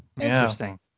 interesting